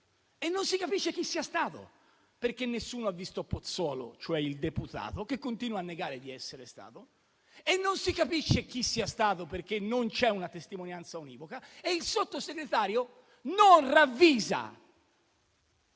Non si capisce chi sia stato, perché nessuno ha visto Pozzolo, cioè il deputato, che continua a negare di essere stato. Non si capisce chi sia stato, perché non c'è una testimonianza univoca. E il Sottosegretario non ravvisa